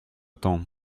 temps